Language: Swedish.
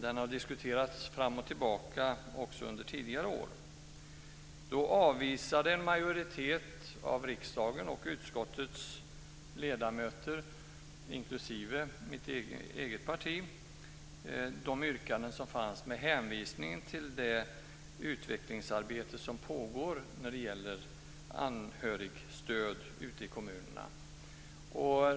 Den har diskuterats fram och tillbaka också under tidigare år. Då avvisade en majoritet av riksdagen och utskottets ledamöter, inklusive mitt eget parti, de yrkanden som fanns med hänvisning till det utvecklingsarbete som pågår ute i kommunerna när det gäller anhörigstöd.